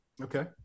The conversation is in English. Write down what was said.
Okay